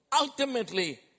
ultimately